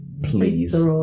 Please